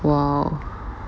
!wow!